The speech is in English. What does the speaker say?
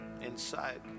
inside